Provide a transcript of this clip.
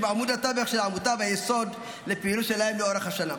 שהם עמוד התווך של העמותה והיסוד לפעילות שלהם לאורך השנה.